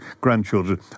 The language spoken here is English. grandchildren